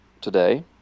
today